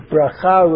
Bracha